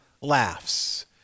laughs